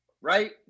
right